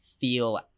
feel